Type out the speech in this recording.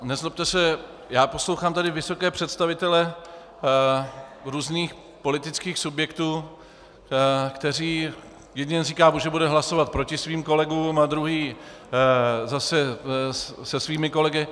Nezlobte se, já poslouchám tady vysoké představitele různých politických subjektů, kteří jeden říká, že bude hlasovat proti svým kolegům a druhý zase se svými kolegy.